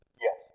Yes